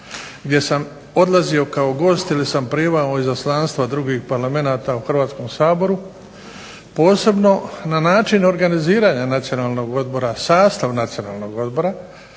gdje sam odlazio kao gost ili sam primao izaslanstva drugih parlamenata u Hrvatskom saboru, posebno na način organiziranja Nacionalnog odbora, sastav Nacionalnog odbora